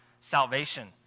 salvation